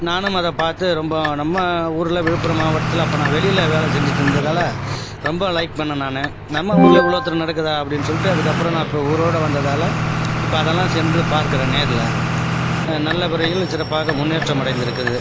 நானும் அதை பார்த்து ரொம்ப நம்ம ஊரில் விழுப்புரம் மாவட்டத்தில் அப்போ நான் வெளியில் வேலை செஞ்சுட்டிருந்ததால ரொம்ப லைக் பண்ணினேன் நானும் நம்ம ஊரில் இவ்வளோத்தூரம் நடக்குதா அப்படின்னு சொல்லிட்டு அதுக்கப்புறம் நான் இப்போ ஊரோடு வந்ததால் இப்போ அதெல்லாம் சென்று பார்க்கிறேன் நேரில் நல்ல முறையில் சிறப்பாக முன்னேற்றம் அடைந்திருக்கிறது